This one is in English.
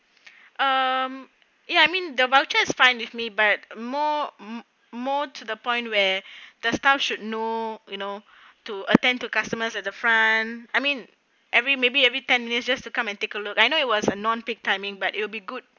um ya I mean the voucher is fine with me but more more to the point where the staff should know you know to attend to customers at the front I mean every maybe every ten minutes just to come and take a look I know it was a non peak timing but it will be good